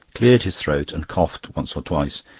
cleared his throat, and coughed once or twice,